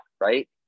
right